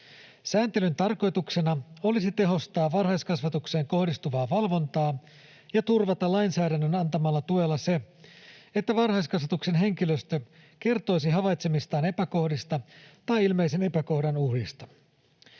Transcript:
Sääntelyn tarkoituksena olisi tehostaa varhaiskasvatukseen kohdistuvaa valvontaa ja turvata lainsäädännön antamalla tuella se, että varhaiskasvatuksen henkilöstö kertoisi havaitsemistaan epäkohdista tai ilmeisen epäkohdan uhista.